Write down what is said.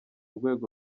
rwego